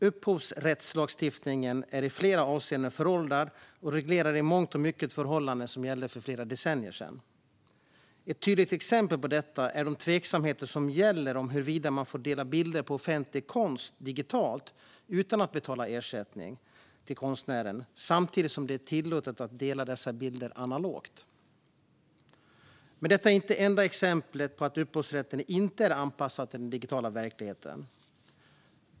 Upphovsrättslagstiftningen är i flera avseenden föråldrad, och den reglerar i mångt och mycket förhållanden som gällde för flera decennier sedan. Ett tydligt exempel på detta är de tveksamheter som gäller om huruvida man får dela bilder på offentlig konst digitalt utan att betala ersättning till konstnären samtidigt som det är tillåtet att dela dessa bilder analogt. Men detta är inte det enda exemplet på att upphovsrätten inte är anpassad till den digitala verkligheten.